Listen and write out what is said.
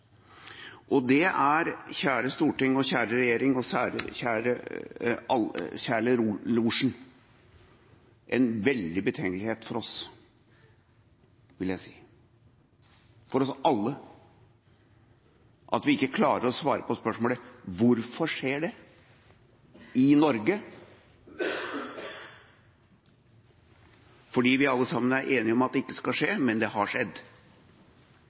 Det er, vil jeg si, kjære storting og kjære regjering – og særlig kjære losje – en veldig betenkelighet for oss, for oss alle, at vi ikke klarer å svare på spørsmålet: Hvorfor skjer det – i Norge? Vi er alle sammen enige om at det ikke skal skje, men det har skjedd.